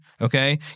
okay